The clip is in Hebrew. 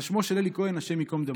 על שמו של אלי כהן, השם ייקום דמו.